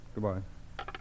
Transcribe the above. Goodbye